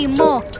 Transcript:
more